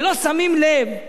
ולא שמים לב,